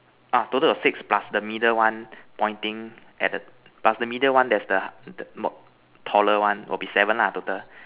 orh total got six plus the middle one pointing at the plus the middle one there's the the taller one will be seven lah total